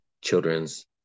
children's